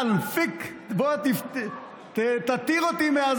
(אומר בערבית ומתרגם:) בוא ותתיר אותי.